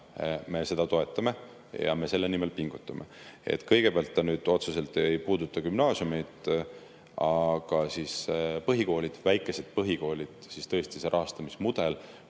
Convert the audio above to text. me seda toetame ja me selle nimel pingutame. Kõigepealt, see otseselt ei puuduta gümnaasiumeid, aga põhikoolide, väikeste põhikoolide jaoks tõesti see rahastamismudel,